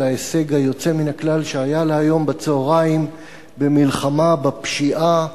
ההישג היוצא מן הכלל שהיה לה היום בצהריים במלחמה בפשיעה,